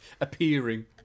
appearing